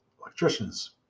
electricians